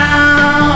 Now